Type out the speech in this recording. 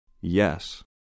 Yes